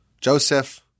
Joseph